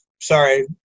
sorry